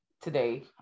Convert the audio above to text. today